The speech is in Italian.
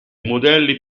modelli